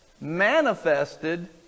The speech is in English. manifested